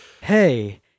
hey